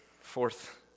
Fourth